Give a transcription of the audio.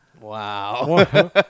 Wow